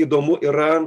įdomu yra